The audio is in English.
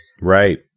Right